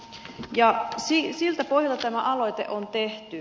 siltä pohjalta tämä aloite on tehty